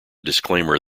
disclaimer